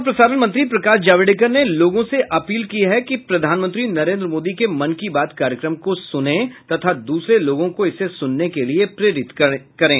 सूचना और प्रसारण मंत्री प्रकाश जावड़ेकर ने लोगों से अपील की है कि प्रधानमंत्री नरेंद्र मोदी के मन की बात कार्यक्रम को सुनें तथा द्रसरे लोगों को इसे सुनने के लिए प्रेरित करें